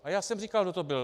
A já jsem říkal, kdo to byl.